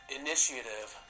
initiative